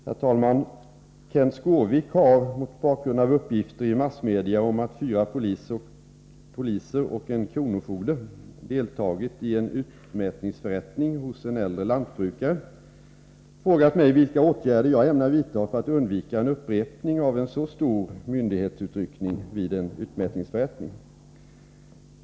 Herr talman! Kenth Skårvik har, mot bakgrund av uppgifter i massmedia om att fyra poliser och en kronofogde deltagit i en utmätningsförrättning hos en äldre lantbrukare, frågat mig vilka åtgärder jag ämnar vidta för att undvika en upprepning av en så stor myndighetsutryckning vid en utmätningsförrättning.